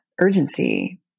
urgency